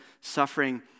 suffering